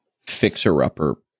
fixer-upper